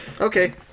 Okay